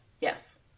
Yes